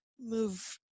move